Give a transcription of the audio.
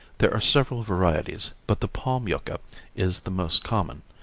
there are several varieties, but the palm yucca is the most common,